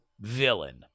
villain